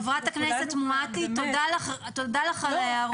חברת הכנסת מואטי, תודה לך על ההערות.